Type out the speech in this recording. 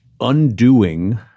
undoing